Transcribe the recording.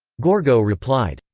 gorgo replied,